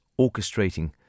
orchestrating